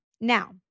Now